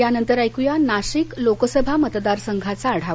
यानंतर ऐकुया नाशिक लोकसभा मतदार संघाचा आढावा